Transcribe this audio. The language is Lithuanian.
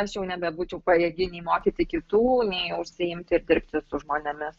aš jau nebebūčiau pajėgi nei mokyti kitų ne užsiimti ir dirbti su žmonėmis